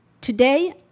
Today